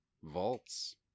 Vaults